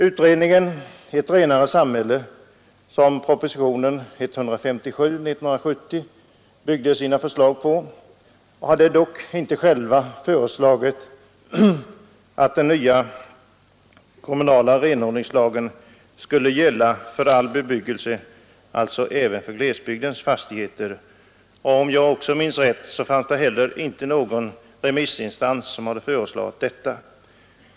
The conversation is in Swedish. Utredningen Ett renare samhälle, som propositionen 1970:157 byggde sina förslag på, hade dock inte föreslagit att den nya kommunala renhållningslagen skulle gälla för all bebyggelse, således även för glesbygdens fastigheter. Om jag minns rätt, hade inte heller någon remissinstans föreslagit detta.